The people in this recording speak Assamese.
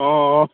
অঁ অঁ